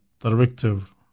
directive